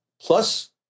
plus